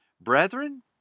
Brethren